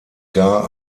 gar